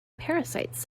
parasites